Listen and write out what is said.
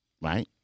right